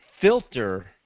filter